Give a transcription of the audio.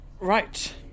Right